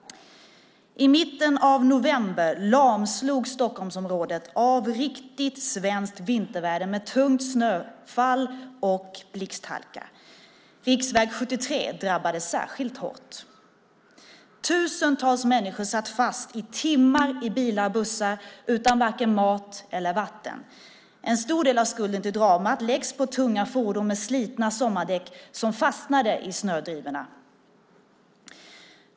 I mitten av november lamslogs Stockholmsområdet av riktigt svenskt vinterväder med tungt snöfall och blixthalka. Riksväg 73 drabbades särskilt hårt. Tusentals människor satt fast i timmar i bilar och bussar, utan vare sig mat eller vatten. En stor del av skulden till dramat läggs på tunga fordon med slitna sommardäck som fastnade i snödrivorna.